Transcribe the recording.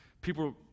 people